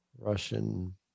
russian